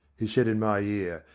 he said in my ear,